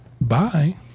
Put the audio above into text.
Bye